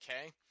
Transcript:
Okay